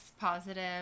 positive